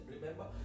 remember